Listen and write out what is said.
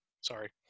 sorry